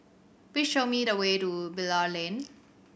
please show me the way to Bilal Lane